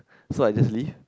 so I just leave